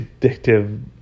addictive